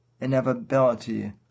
inevitability